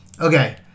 Okay